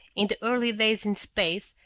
in the early days in space,